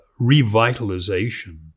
revitalization